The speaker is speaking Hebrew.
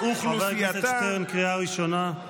חבר הכנסת שטרן, קריאה ראשונה.